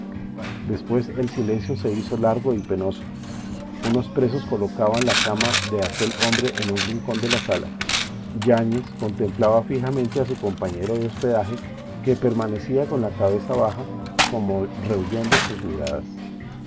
después el silencio se hizo largo y penoso unos presos colocaban la cama de aquel hombre en un rincón de la sala yáñez contemplaba fijamente a su compañero de hospedaje que permanecía con la cabeza baja como rehuyendo sus miradas